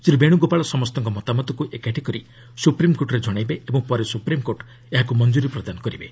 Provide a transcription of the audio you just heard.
ଶ୍ରୀ ବେଣୁଗୋପାଳ ସମସ୍ତଙ୍କ ମତାମତକୁ ଏକାଠି କରି ସୁପ୍ରିମ୍କୋର୍ଟରେ ଜଣାଇବେ ଓ ପରେ ସୁପ୍ରିମ୍କୋର୍ଟ ଏହାକୁ ମଞ୍ଜୁରି ପ୍ରଦାନ କରିବେ